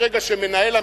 ברגע שמנהל המשרד,